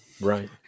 Right